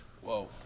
Whoa